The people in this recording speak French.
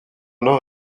nord